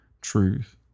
truth